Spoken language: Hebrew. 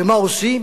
ומה עושים?